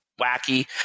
wacky